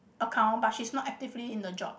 account but she's not actively in the job